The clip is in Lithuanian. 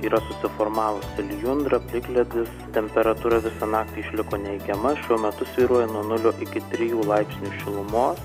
yra susiformavusi lijundra plikledis temperatūra visą naktį išliko neigiama šiuo metu svyruoja nuo nulio iki trijų laipsnių šilumos